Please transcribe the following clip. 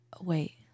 Wait